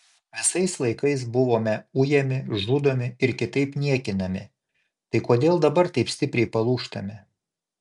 visais laikais buvome ujami žudomi ir kitaip niekinami tai kodėl dabar taip stipriai palūžtame